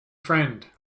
friend